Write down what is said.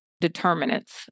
determinants